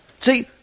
See